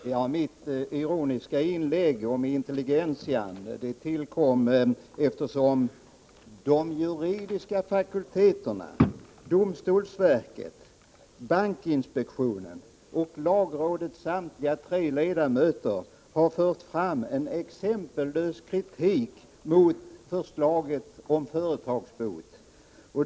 Herr talman! Mitt ironiska inlägg om intelligentian tillkom eftersom de juridiska fakulteterna, domstolsverket, bankinspektionen och lagrådets samtliga tre ledamöter har fört fram en exempellös kritik mot förslaget om företagsbot.